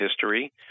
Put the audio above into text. history